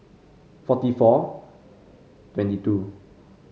forty four twenty two